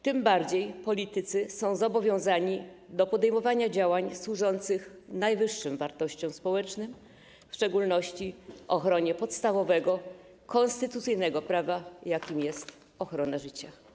Tym bardziej politycy zobowiązani są do podejmowania działań służących najwyższym wartościom społecznym, w szczególności ochronie podstawowego konstytucyjnego prawa, jakim jest prawo do życia.